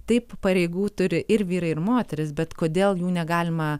taip pareigų turi ir vyrai ir moterys bet kodėl jų negalima